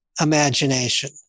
imagination